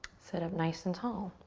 sit up nice and tall.